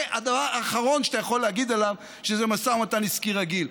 זה הדבר האחרון שאתה יכול להגיד עליו שהוא משא ומתן עסקי רגיל.